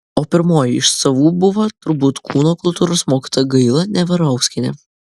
o pirmoji iš savų buvo turbūt kūno kultūros mokytoja gaila neverauskienė